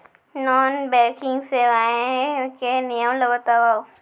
Non banking सेवाएं के नियम ला बतावव?